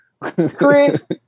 Chris